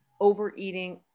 overeating